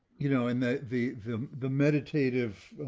you know, and that the the meditative